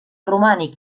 romànic